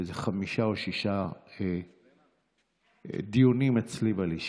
איזה חמישה או שישה דיונים אצלי בלשכה.